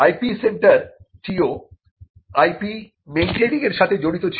IP centre টিও IP মেইন্টেনিংয়ের সাথে জড়িত ছিল